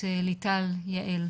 ליטל יעל.